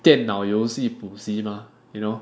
电脑游戏补习 mah you know